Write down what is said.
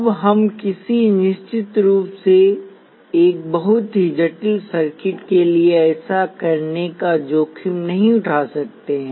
अब हम निश्चित रूप से एक बहुत ही जटिल सर्किट के लिए ऐसा करने का जोखिम नहीं उठा सकते हैं